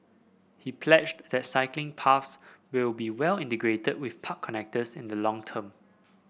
he pledged that cycling paths will be well integrated with park connectors in the long term